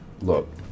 Look